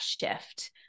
shift